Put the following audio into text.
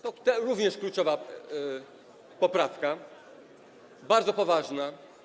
To również jest kluczowa poprawka, bardzo poważna.